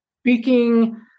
speaking